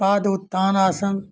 पदउत्तान आसन